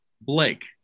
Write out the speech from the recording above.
Blake